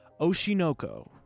Oshinoko